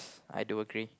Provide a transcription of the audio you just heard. I do agree